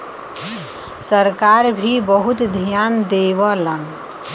सरकार भी बहुत धियान देवलन